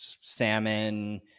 salmon